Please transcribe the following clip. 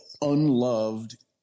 unloved